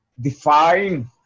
define